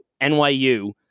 NYU